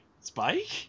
Spike